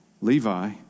Levi